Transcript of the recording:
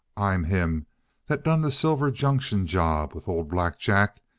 i'm him that done the silver junction job with old black jack,